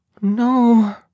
No